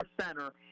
center